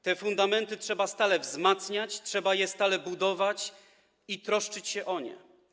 Te fundamenty trzeba stale wzmacniać, trzeba je stale budować i troszczyć się o nie.